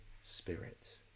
Spirit